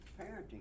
parenting